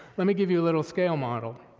let me give you a little scale model.